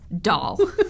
doll